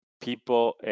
people